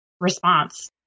response